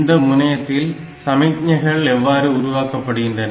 இந்த முனையத்தில் சமிக்ஞைகள் எவ்வாறு உருவாக்கப்படுகின்றன